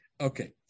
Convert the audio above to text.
Okay